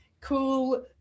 cool